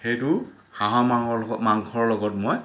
সেইটো হাঁহৰ মাংসৰ লগত মই